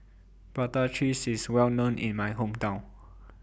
Prata Cheese IS Well known in My Hometown